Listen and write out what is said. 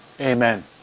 Amen